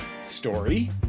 story